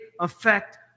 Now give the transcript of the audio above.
effect